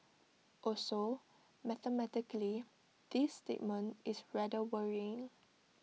also mathematically this statement is rather worrying